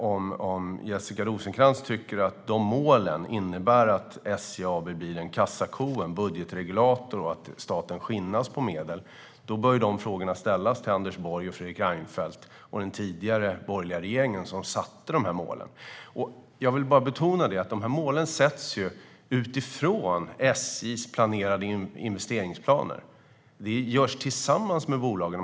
Om Jessica Rosencrantz tycker att de målen innebär att SJ AB blir en kassako och en budgetregulator och att staten skinnas på medel bör hennes frågor ställas till Anders Borg och Fredrik Reinfeldt och den tidigare borgerliga regeringen som satte upp de här målen. Jag vill betona att de här målen sätts upp utifrån SJ:s investeringsplaner. Det görs tillsammans med bolagen.